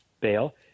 bail